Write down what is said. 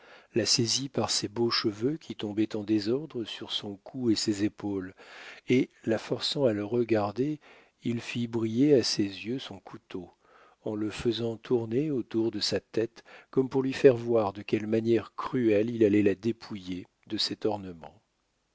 la saisit par ses beaux cheveux qui tombaient en désordre sur son cou et ses épaules et la forçant à le regarder il fit briller à ses yeux son couteau en le faisant tourner autour de sa tête comme pour lui faire voir de quelle manière cruelle il allait la dépouiller de cet ornement